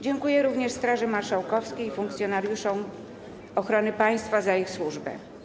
Dziękuję również Straży Marszałkowskiej i funkcjonariuszom Służby Ochrony Państwa za ich służbę.